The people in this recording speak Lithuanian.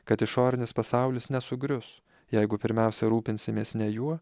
kad išorinis pasaulis nesugrius jeigu pirmiausia rūpinsimės ne juo